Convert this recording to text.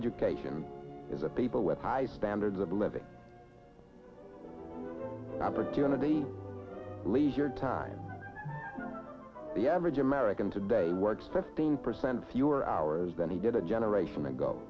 education is a people with high standards of living opportunity leisure time the average american today works fifteen percent fewer hours than he did a generation ago